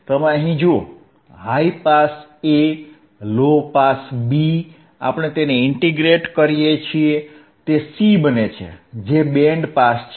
તમે જુઓ high pass A low pass B આપણે તેને ઇન્ટીગ્રેટ કરીએ છીએ તે C બને છે જે બેન્ડ પાસ છે